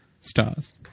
stars